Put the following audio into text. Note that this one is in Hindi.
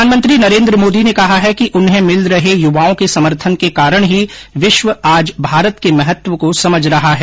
प्रधानमंत्री नरेन्द्र मोदी ने कहा है कि उन्हें मिल रहे युवाओं के समर्थन के कारण ही विश्व आज भारत के महत्व को समझ रहा है